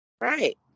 Right